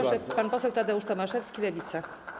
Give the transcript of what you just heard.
Proszę, pan poseł Tadeusz Tomaszewski, Lewica.